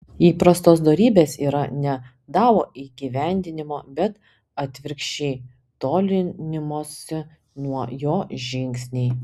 įprastos dorybės yra ne dao įgyvendinimo bet atvirkščiai tolinimosi nuo jo žingsniai